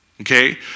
okay